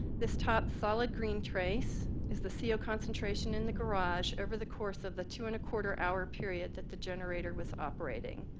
this top solid green trace is the co ah concentration in the garage over the course of the two and a quarter hour period that the generator was operating.